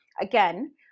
Again